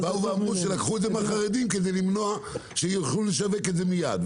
באו ואמרו שלקחו את זה מהחרדים כדי למנוע שיוכלו לשווק את זה מיד,